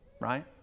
right